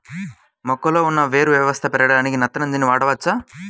మొక్కలో ఉన్న వేరు వ్యవస్థ పెరగడానికి నత్రజని వాడవచ్చా?